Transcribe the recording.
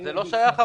זה לא שייך.